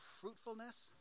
fruitfulness